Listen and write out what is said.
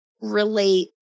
relate